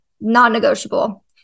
non-negotiable